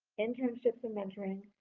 internships and mentoring,